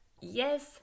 Yes